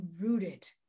rooted